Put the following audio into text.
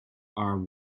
are